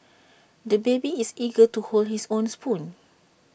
the baby is eager to hold his own spoon